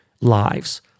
lives